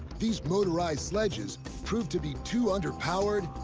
these motorized sledges proved to be too underpowered,